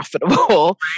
profitable